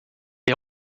est